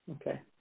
Okay